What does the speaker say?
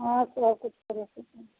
हँ सब किछु करै छिकै